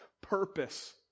purpose